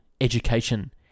education